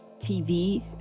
TV